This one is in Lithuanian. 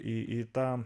į tą